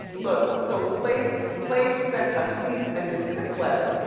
look, so flav flav sent a cease and desist letter